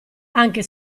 anche